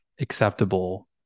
acceptable